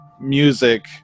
music